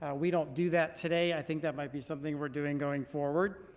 we don't do that today. i think that might be something we're doing going forward.